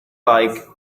like